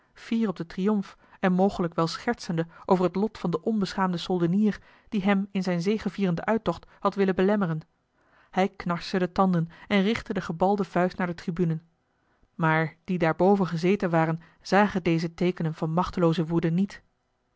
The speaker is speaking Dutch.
fier op den triomf en mogelijk wel schertsende over het lot van den onbeschaamden soldenier die hem in zijn zegevierenden uittocht had willen belemmeren hij knarste de tanden en richtte de gebalde vuist naar de tribune maar die daarboven gezeten waren zagen deze teekenen van machtelooze woede niet